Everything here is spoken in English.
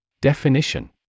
Definition